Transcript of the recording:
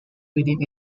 within